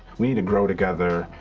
we need to grow together,